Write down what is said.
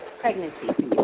pregnancy